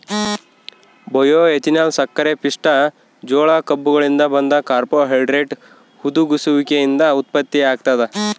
bioethanol ಸಕ್ಕರೆಪಿಷ್ಟ ಜೋಳ ಕಬ್ಬುಗಳಿಂದ ಬಂದ ಕಾರ್ಬೋಹೈಡ್ರೇಟ್ ಹುದುಗುಸುವಿಕೆಯಿಂದ ಉತ್ಪತ್ತಿಯಾಗ್ತದ